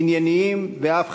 ענייניים ואף חבריים,